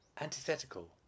antithetical